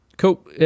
cool